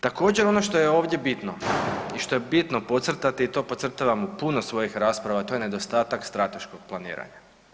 Također ono što je ovdje bitno i što je bitno podcrtati i to podcrtavam u puno svojih rasprava, to je nedostatak strateškog planiranja.